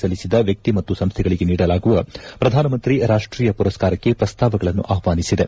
ಸಲ್ಲಿಸಿದ ವ್ವಕ್ತಿ ಮತ್ತು ಸಂಸ್ಥೆಗಳಿಗೆ ನೀಡಲಾಗುವ ಪ್ರಧಾನಮಂತ್ರಿ ರಾಷ್ಟೀಯ ಮರಸ್ಕಾರಕ್ಕೆ ಪ್ರಸ್ತಾವಗಳನ್ನು ಆಪ್ವಾನಿಸಿದೆ